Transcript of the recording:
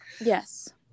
Yes